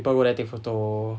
people go there take photo